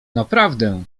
naprawdę